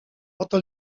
oto